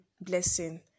blessing